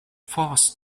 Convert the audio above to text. fast